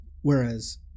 Whereas